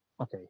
Okay